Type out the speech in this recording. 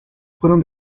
fueron